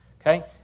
okay